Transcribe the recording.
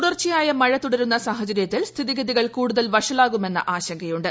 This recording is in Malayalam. തുടർച്ചയായി മുഴ തുടുരുന്ന സാഹചര്യത്തിൽ സ്ഥിതി ഗതികൾ കൂടൂത്ൽ വഷളാകുമെന്ന ആശങ്കയുണ്ട്